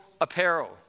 apparel